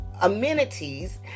amenities